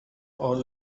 all